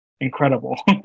incredible